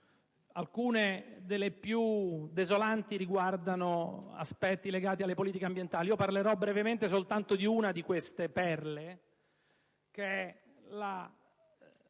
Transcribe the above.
alcune delle più desolanti riguardano aspetti legati alle politiche ambientali. Parlerò brevemente soltanto di una di esse, ossia la